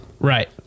right